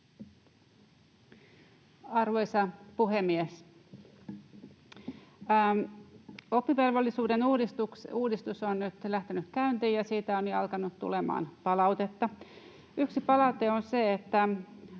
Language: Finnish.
Arvoisa puhemies! Oppivelvollisuuden uudistus on nyt lähtenyt käyntiin, ja siitä on jo alkanut tulemaan palautetta. Yksi palaute on se, että